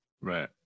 Right